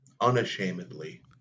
unashamedly